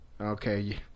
Okay